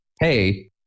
hey